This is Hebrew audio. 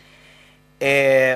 פה.